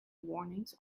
warnings